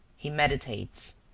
he meditates,